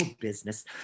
business